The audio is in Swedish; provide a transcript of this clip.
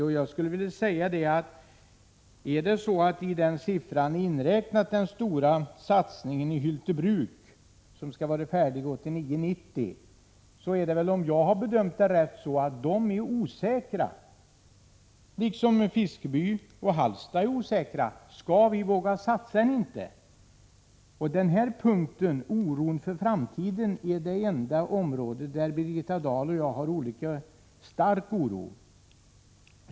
Om man i den siffra som angivits har inräknat den stora satsningen i Hyltebruk, som skall vara färdig 1989/90, så vill jag säga att man där är osäker, liksom man är osäker i Fiskeby och Hallsta, om man skall våga satsa eller inte. Den här punkten, som gäller oron för framtiden, är den enda där Birgitta Dahl och jag har olika stark oro.